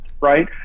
right